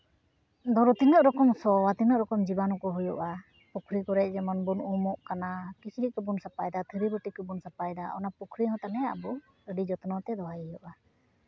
ᱫᱷᱚᱨᱚ ᱛᱤᱱᱟᱹᱜ ᱨᱚᱠᱚᱢ ᱥᱚᱼᱟ ᱛᱤᱱᱟᱹᱜ ᱨᱚᱠᱚᱢ ᱡᱤᱵᱟᱱᱩ ᱠᱚ ᱦᱩᱭᱩᱜᱼᱟ ᱯᱩᱠᱷᱨᱤ ᱠᱚᱨᱮᱫ ᱡᱮᱢᱚᱱ ᱵᱚᱱ ᱩᱢᱩᱜ ᱠᱟᱱᱟ ᱠᱤᱪᱨᱤᱡ ᱠᱚᱵᱚᱱ ᱥᱟᱯᱷᱟᱭᱮᱫᱟ ᱛᱷᱟᱹᱨᱤᱵᱟᱹᱴᱤ ᱠᱚᱵᱚᱱ ᱥᱟᱯᱷᱟᱭᱫᱟ ᱚᱱᱟ ᱯᱩᱠᱷᱨᱤ ᱦᱚᱸ ᱛᱟᱦᱚᱞᱮ ᱟᱵᱚ ᱟᱹᱰᱤ ᱡᱚᱛᱱᱚ ᱛᱮ ᱫᱚᱦᱚᱭ ᱦᱩᱭᱩᱜᱼᱟ